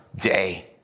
day